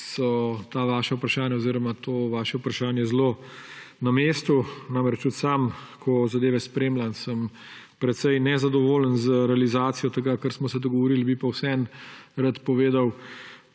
so ta vaša vprašanja oziroma to vaše vprašanje zelo na mestu. Namreč tudi sam, ko zadeve spremljam, sem precej nezadovoljen z realizacijo tega, kar smo se dogovorili. Bi pa vseeno rad povedal